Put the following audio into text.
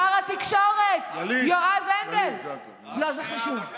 שר התקשורת יועז הנדל, גלית, לא, זה חשוב.